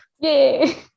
yay